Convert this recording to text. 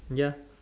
ya